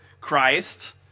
Christ